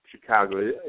Chicago